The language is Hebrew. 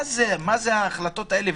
מה זה ההחלטות האלה?